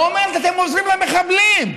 ואומרת: אתם עוזרים למחבלים.